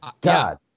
God